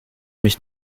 mich